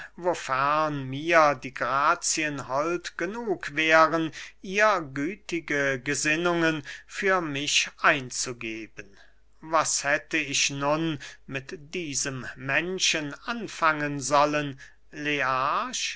mir die grazien hold genug wären ihr gütige gesinnungen für mich einzugeben was hätte ich nun mit diesem menschen anfangen sollen